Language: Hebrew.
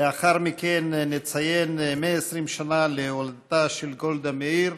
לאחר מכן נציין 120 שנה להולדתה של גולדה מאיר